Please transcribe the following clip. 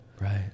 Right